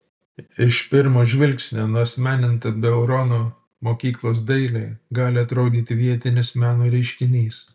iš pirmo žvilgsnio nuasmeninta beurono mokyklos dailė gali atrodyti vietinis meno reiškinys